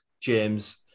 James